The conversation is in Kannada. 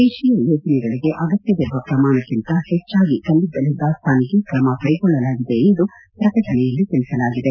ದೇಶೀಯ ಯೋಜನೆಗಳಿಗೆ ಅಗತ್ಯವಿರುವ ಪ್ರಮಾಣಕ್ಕಿಂತ ಹೆಚ್ಚಾಗಿ ಕಲ್ಲಿದ್ದಲು ದಾಸ್ತಾನಿಗೆ ಕ್ರಮ ಕೈಗೊಳ್ಳಲಾಗಿದೆ ಎಂದು ಪ್ರಕಟಣೆಯಲ್ಲಿ ತಿಳಿಸಲಾಗಿದೆ